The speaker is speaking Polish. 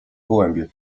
gołębie